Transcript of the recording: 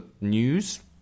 news